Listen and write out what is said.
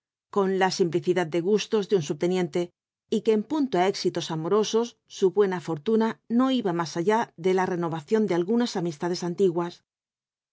con la simplicidad de gustos de un subteniente y que en punto á éxitos amorosos su buena fortuna no iba más allá de la renovación de algunas amistades antiguas